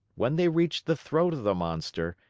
when they reached the throat of the monster,